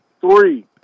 three